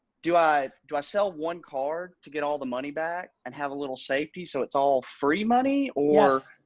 do i do i sell one card to get all the money back and have a little safety? so it's all free money or